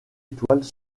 étoiles